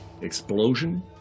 explosion